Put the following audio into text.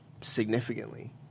significantly